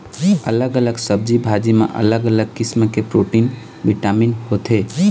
अलग अलग सब्जी भाजी म अलग अलग किसम के प्रोटीन, बिटामिन होथे